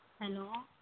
hello